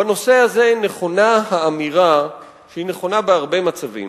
בנושא הזה נכונה האמירה, שהיא נכונה בהרבה מצבים: